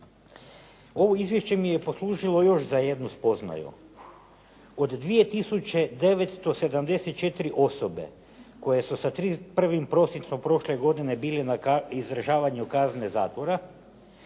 Ovo izvješće mi je poslužilo još za jednu spoznaju. Od 2974 osobe koje su sa 31. prosincom prošle godine bili na izdržavanju kazne zatvora